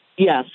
Yes